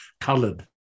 colored